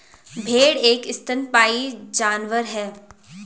भेड़ एक स्तनपायी जानवर है